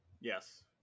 Yes